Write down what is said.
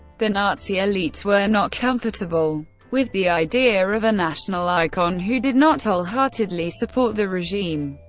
the nazi elites were not comfortable with the idea of a national icon who did not wholeheartedly support the regime.